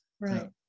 right